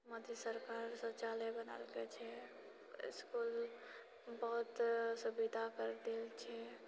मोदी सरकार शौचालय बनलकै छै इसकुल बहुत सुविधा कर देल छै